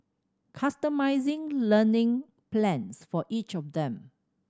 customising learning plans for each of them